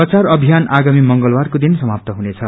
प्रचार अभियन आगामी मंगलबारको दिन समाप्त हुनेछ